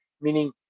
meaning